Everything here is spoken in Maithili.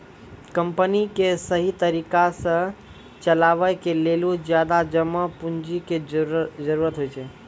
कमपनी क सहि तरिका सह चलावे के लेलो ज्यादा जमा पुन्जी के जरुरत होइ छै